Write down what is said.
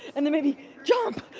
and maybe jump!